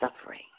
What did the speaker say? suffering